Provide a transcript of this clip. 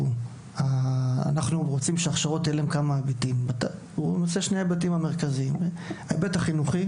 אנחנו רוצים שיהיו שני היבטים מרכזיים להכשרות: ההיבט החינוכי